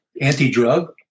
Anti-drug